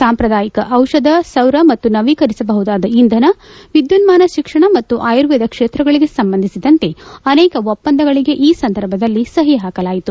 ಸಾಂಪ್ರದಾಯಿಕ ಔಷಧ ಸೌರ ಮತ್ತು ನವೀಕರಿಸಬಹುದಾದ ಇಂಧನ ವಿದ್ಯುನ್ಮಾನ ಶಿಕ್ಷಣ ಮತ್ತು ಆಯುರ್ವೇದ ಕ್ಷೇತ್ರಗಳಿಗೆ ಸಂಬಂಧಿಸಿದಂತೆ ಅನೇಕ ಒಪ್ಪಂದಗಳಿಗೆ ಈ ಸಂದರ್ಭದಲ್ಲಿ ಸಹಿ ಹಾಕಲಾಯಿತು